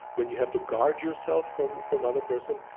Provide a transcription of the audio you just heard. when you have to guard yourself from from other person.